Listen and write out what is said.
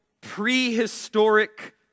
prehistoric